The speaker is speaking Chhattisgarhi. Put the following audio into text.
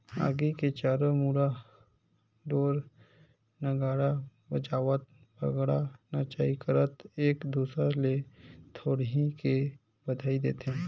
आगी के चारों मुड़ा ढोर नगाड़ा बजावत भांगडा नाचई करत एक दूसर ले लोहड़ी के बधई देथे